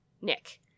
Nick